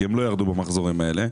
כי הם לא ירדו בהיקף המחזורים הזה,